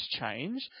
change